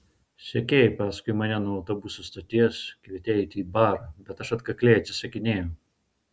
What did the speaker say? sekei paskui mane nuo autobusų stoties kvietei eiti į barą bet aš atkakliai atsisakinėjau